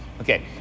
okay